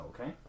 okay